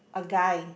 a guy